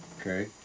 okay